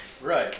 Right